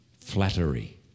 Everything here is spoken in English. flattery